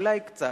אולי קצת.